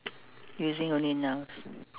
using only nouns